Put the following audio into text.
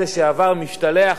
בממשלת ישראל,